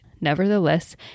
nevertheless